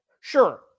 Sure